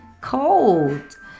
Cold